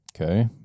Okay